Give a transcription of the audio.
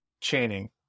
chaining